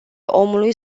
omului